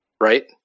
Right